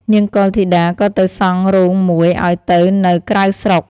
នាងកុលធីតា ក៏ទៅសង់រោងមួយឲ្យទៅនៅក្រៅស្រុក។